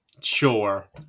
sure